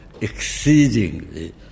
exceedingly